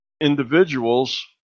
individuals